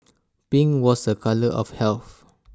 pink was A colour of health